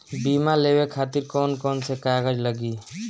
बीमा लेवे खातिर कौन कौन से कागज लगी?